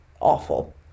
awful